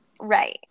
right